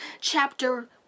chapter